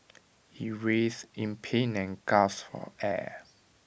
he writes in pain and gasped for air